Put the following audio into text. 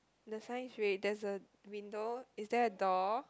the sign's red there's a window is there a door